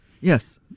yes